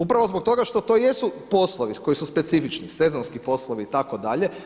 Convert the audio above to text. Upravo zbog toga što to jesu poslovi koji su specifični, sezonski poslovi itd.